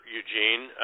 Eugene